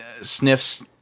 sniffs